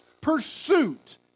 pursuit